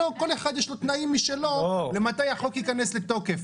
לא, לכל אחד יש תנאים משלו למתי החוק ייכנס לתוקף.